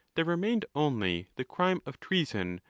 there remained only the crime of treason,